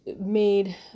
Made